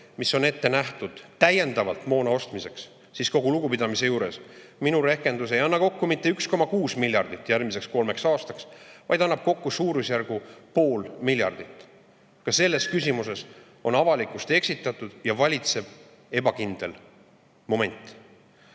mis on ette nähtud täiendava moona ostmiseks, siis, kogu lugupidamise juures, minu rehkendus ei anna kokku mitte 1,6 miljardit eurot järgmiseks kolmeks aastaks, vaid annab kokku suurusjärgus pool miljardit. Ka selles küsimuses on avalikkust eksitatud ja valitseb ebakindlus.